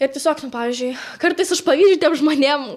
ir tiesiog pavyzdžiui kartais aš pavydžiu tiem žmonėm